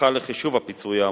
נוסחה לחישוב הפיצוי האמור,